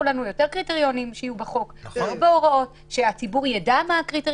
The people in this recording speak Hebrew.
בחוק יותר קריטריונים והציבור ידע מה הם.